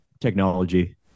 technology